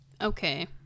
okay